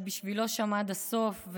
את בשבילו שם עד הסוף,